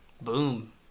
boom